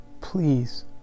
Please